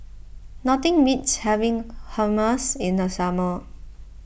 nothing beats having Hummus in the summer